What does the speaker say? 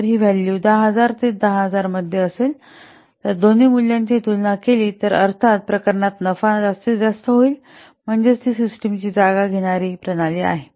जर हि व्हॅल्यू 10000 ते 10000 मध्ये असेलतर दोन्ही मूल्यांची तुलना केली तर अर्थात या प्रकरणात नफा जास्तीत जास्त होईल म्हणजेच ती सिस्टमची जागा घेणारी प्रणाली विस्तारत नाही